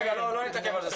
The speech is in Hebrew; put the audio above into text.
לא נתעכב על זה.